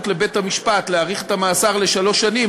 לבית-המשפט להאריך את המאסר לשלוש שנים,